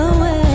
Away